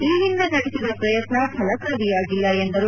ಈ ಹಿಂದೆ ನಡೆಸಿದ ಪ್ರಯತ್ನವು ಫಲಕಾರಿಯಾಗಿಲ್ಲ ಎಂದರು